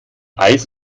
eis